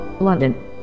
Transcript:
London